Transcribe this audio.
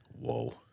Whoa